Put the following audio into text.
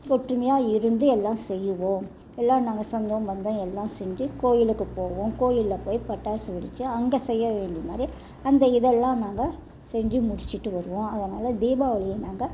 ஒற்றுமையாக இருந்து எல்லாம் செய்யிவோம் எல்லாம் நாங்கள் சொந்தம் பந்தம் எல்லாம் செஞ்சி கோவிலுக்கு போவோம் கோவில்ல போய் பட்டாசு வெடித்து அங்கே செய்ய வேண்டிய முறை அந்த இதெல்லாம் நாங்கள் செஞ்சி முடிச்சிட்டு வருவோம் அதனால் தீபாவளியை நாங்கள்